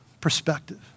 perspective